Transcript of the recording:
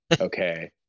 okay